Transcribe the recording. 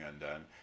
undone